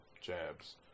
jabs